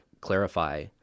clarify